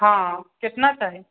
हाँ कितना चाही